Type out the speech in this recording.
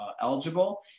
eligible